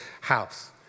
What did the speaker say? house